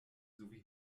sowie